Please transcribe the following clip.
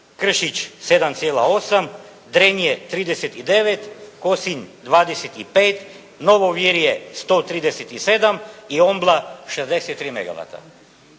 Kršić 7,8, Drenje 39, Kosinj 25, Novo Virje 137 i Ombla 63